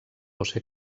josé